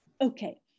Okay